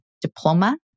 diploma